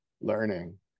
learning